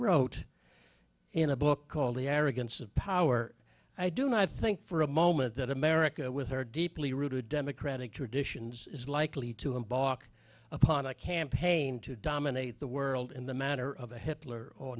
wrote in a book called the arrogance of power i do not think for a moment that america with her deeply rooted democratic traditions is likely to embark upon a campaign to dominate the world in the manner of a hitler or